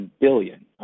billion